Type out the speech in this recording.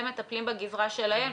הם מטפלים בגזרה שלהם,